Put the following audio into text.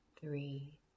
three